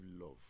love